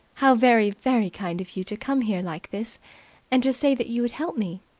how very, very kind of you to come here like this and to say that you would help me.